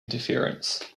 interference